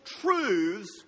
truths